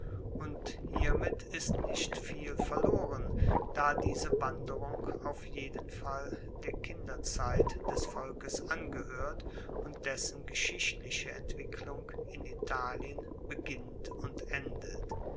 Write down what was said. und hiermit ist nicht viel verloren da diese wanderung auf jeden fall der kinderzeit des volkes angehoert und dessen geschichtliche entwicklung in italien beginnt und endet